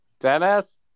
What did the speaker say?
Dennis